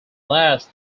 last